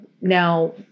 now